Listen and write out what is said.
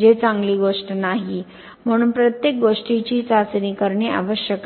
जे चांगली गोष्ट नाही म्हणून प्रत्येक गोष्टीची चाचणी करणे आवश्यक आहे